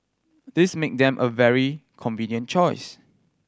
this make them a very convenient choice